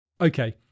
Okay